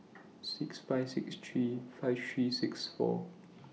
six five six three five three six four